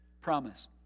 promise